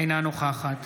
אינה נוכחת